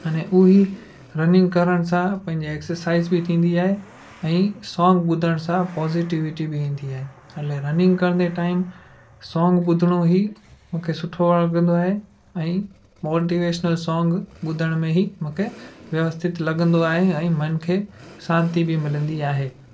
अने उहो ई रनिंग करण सां पंहिंजी एक्सरसाइज़ बि थींदी आहे ऐं सोंग ॿुधण सां पॉजिटिविटी बि ईंदी आहे अने रनिंग कंदे टाइम सोंग ॿुधिणो ई मूंखे सुठो लॻंदो आहे ऐं मोटीवेशनल सोंग ॿुधण में ई मूंखे व्यवस्थित लॻंदो आहे ऐं मन खे शांति बि मिलंदी आहे